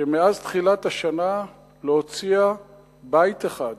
שמאז תחילת השנה לא הוציאה בית אחד